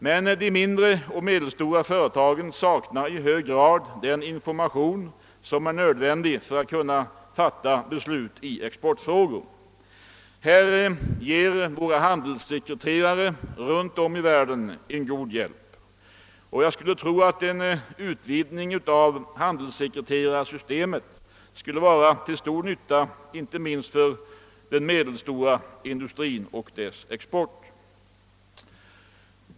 Men de mindre och medelstora företagen saknar i hög grad den information som är nödvändig för att kunna fatta beslut i exportfrågor. Här ger våra handelssekreterare runt om i världen en god hjälp. Jag skulle tro att en utvidgning av handelssekreterarsystemet skulle vara till stor nytta inte minst för den medelstora industrin och dess export.